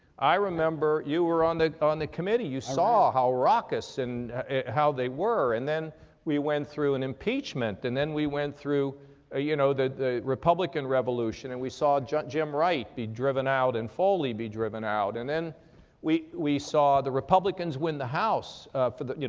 i remember, you were on the, on the committee, you saw raucous and how they were and then we went through an impeachment and then we went through a, you know, the, the republican revolution and we saw jim wright be driven out in foley be driven out and then we, we saw the republicans win the house for the, you